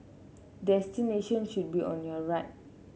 destination should be on your right